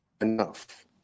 enough